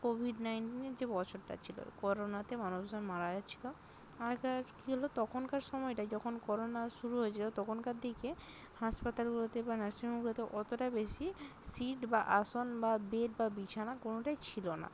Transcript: Covid নাইন্টিনের যে বছরটা ছিল করোনাতে মানুষজন মারা যাচ্ছিল আর কার কী হল তখনকার সময়টাই যখন করোনা শুরু হয়েছিল তখনকার দিকে হাসপাতালগুলোতে বা নার্সিংহোমগুলোতে অতটা বেশি সিট বা আসন বা বেড বা বিছানা কোনোটাই ছিল না